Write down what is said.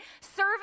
serving